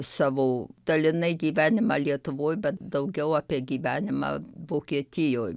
savo dalinai gyvenimą lietuvoj bet daugiau apie gyvenimą vokietijoj